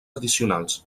addicionals